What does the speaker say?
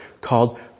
called